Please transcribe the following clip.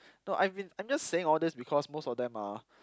no I've been I'm just saying all these because most of them are